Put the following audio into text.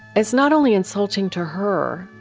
it's not only insulting to her,